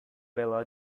bella